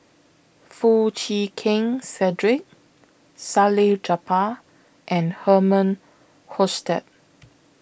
Foo Chee Keng Cedric Salleh Japar and Herman Hochstadt